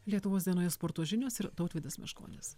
lietuvos dienoje sporto žinios ir tautvydas meškonis